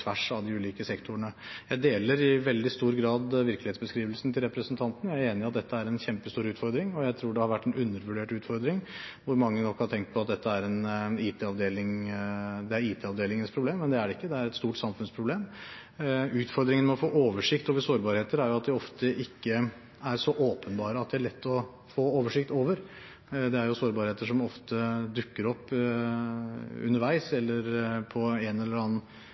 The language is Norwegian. tvers av de ulike sektorene. Jeg deler i veldig stor grad virkelighetsbeskrivelsen til representanten. Jeg er enig i at dette er en kjempestor utfordring, og jeg tror det har vært en undervurdert utfordring, hvor mange nok har tenkt på at dette er IT-avdelingens problem. Men det er det ikke, det er et stort samfunnsproblem. Utfordringen med å få oversikt over sårbarheter er at de ofte ikke er så åpenbare at de er lett å få oversikt over. Det er sårbarheter som ofte dukker opp underveis, eller på en eller annen